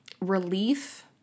relief